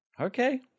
Okay